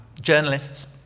journalists